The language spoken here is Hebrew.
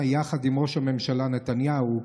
יחד עם ראש הממשלה נתניהו,